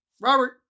Robert